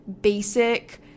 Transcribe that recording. basic